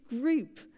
group